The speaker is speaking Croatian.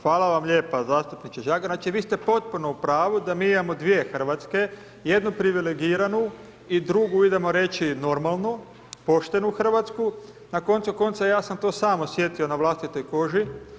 Hvala vam lijepo zastupniče Žagar, znači vi ste potpuno u pravu da mi imamo 2 Hrvatske, jednu privilegiranu, i drugu, idemo reći normalnu, poštenu Hrvatsku, na koncu konca ja sam to sam osjetitiO na vlastitoj koži.